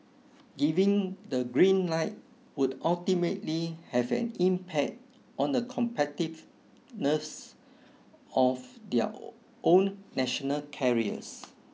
giving the green light would ultimately have an impact on the competitiveness of their own national carriers